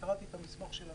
קראתי את המסמך של הממ"מ,